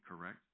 correct